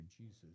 Jesus